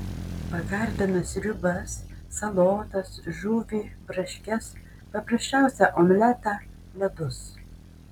pagardina sriubas salotas žuvį braškes paprasčiausią omletą ledus